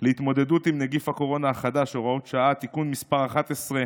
להתמודדות עם נגיף הקורונה החדש (הוראת שעה) (תיקון מס' 11)